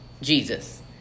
Jesus